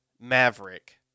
Maverick